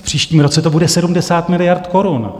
V příštím roce to bude 70 miliard korun.